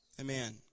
Amen